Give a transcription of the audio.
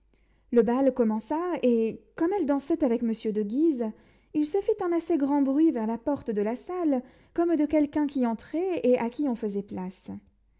le bal commença et comme elle dansait avec monsieur de guise il se fit un assez grand bruit vers la porte de la salle comme de quelqu'un qui entrait et à qui on faisait place